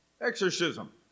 exorcism